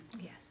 Yes